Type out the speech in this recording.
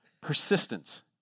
Persistence